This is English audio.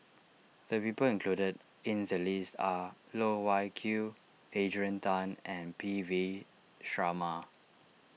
the people included in the list are Loh Wai Kiew Adrian Tan and P V Sharma